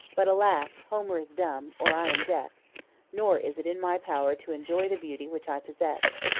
but, alas! homer is dumb, or i am deaf nor is it in my power to enjoy the beauty which i possess.